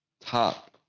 top